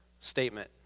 statement